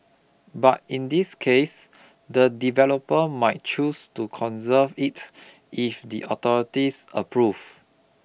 but in this case the developer might choose to conserve it if the authorities approve